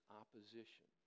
opposition